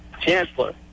Chancellor